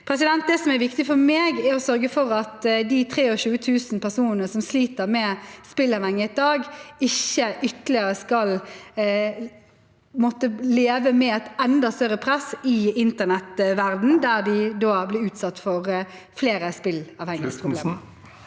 Det som er viktig for meg, er å sørge for at de 23 000 personene som sliter med spilleavhengighet i dag, ikke ytterligere skal måtte leve med et enda større press i internettverdenen, der de blir utsatt for flere spilleavhengighetsproblemer.